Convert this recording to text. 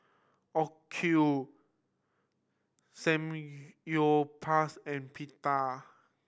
Samgyeopsal and Pita